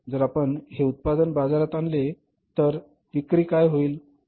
जर आपण हे उत्पादन बाजारात आणले तर काय होईल